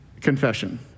Confession